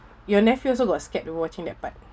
your nephew also got scared watching that part